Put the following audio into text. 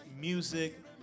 music